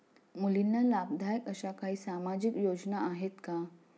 मुलींना लाभदायक अशा काही सामाजिक योजना आहेत का?